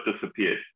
disappeared